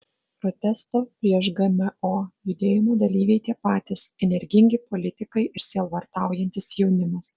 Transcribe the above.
protesto prieš gmo judėjimo dalyviai tie patys energingi politikai ir sielvartaujantis jaunimas